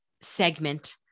segment